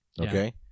Okay